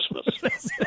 Christmas